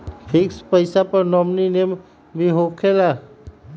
Fix पईसा पर nominee name भी होकेला?